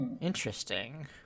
interesting